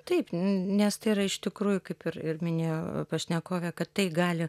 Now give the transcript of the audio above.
taip n nes tai yra iš tikrųjų kaip ir ir minėjo pašnekovė kad tai gali